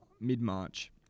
mid-march